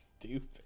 Stupid